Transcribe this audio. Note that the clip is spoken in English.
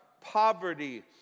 poverty